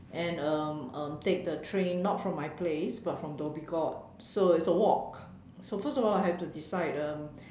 and um um take the train not from my place but from Dhoby Ghaut so it's a walk so first of all I have to decide uh